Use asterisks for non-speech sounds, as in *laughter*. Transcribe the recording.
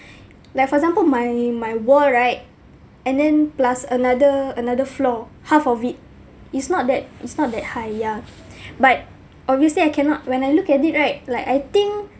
*breath* like for example my my wall right and then plus another another floor half of it it's not that it's not that high ya *breath* but obviously I cannot when I look at it right like I think